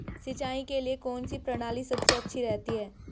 सिंचाई के लिए कौनसी प्रणाली सबसे अच्छी रहती है?